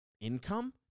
income